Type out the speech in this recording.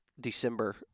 December